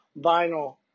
vinyl